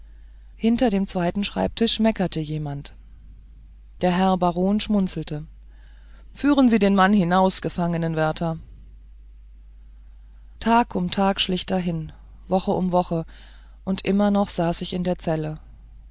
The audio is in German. hinter dem zweiten schreibtisch meckerte jemand der herr baron schmunzelte führen sie den mann hinaus gefangenwärter tag um tag schlich dahin woche um woche und immer noch saß ich in der zelle